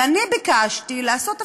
ואני ביקשתי לעשות הפרדה,